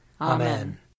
Amen